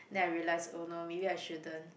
then I realised oh no maybe I shouldn't